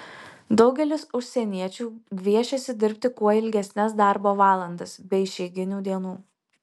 daugelis užsieniečių gviešiasi dirbti kuo ilgesnes darbo valandas be išeiginių dienų